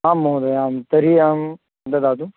आं महोदय आं तर्हि अहं ददातु